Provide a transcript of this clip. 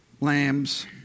lambs